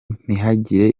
ntihagire